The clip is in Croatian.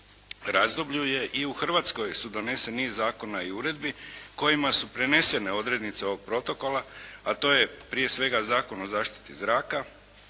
razdoblju i u Hrvatskoj su donesen niz zakona i uredbi kojima su prenesene odrednice ovo protokola, a to je, prije svega Zakon o zaštiti zraka,